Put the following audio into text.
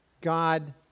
God